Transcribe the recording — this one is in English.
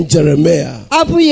Jeremiah